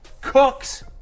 cooks